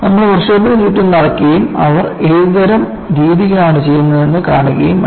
നമ്മൾ വർക്ക്ഷോപ്പിന് ചുറ്റും നടക്കുകയും അവർ ഏതുതരം രീതികളാണ് ചെയ്യുന്നതെന്ന് കാണുകയും വേണം